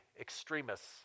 extremists